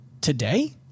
today